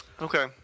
Okay